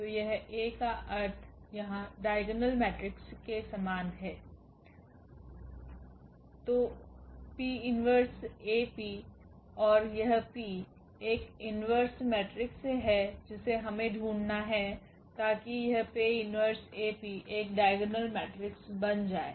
तो यह A का अर्थ यहां डाइगोनल मेट्रिक्स के समान है 𝑃−1𝐴𝑃 और यह P एक इन्वर्स मेट्रिक्स है जिसे हमें ढूंढना है ताकि यह 𝑃−1𝐴𝑃 एक डाइगोनल मेट्रिक्स बन जाए